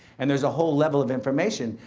and there's a whole level of information,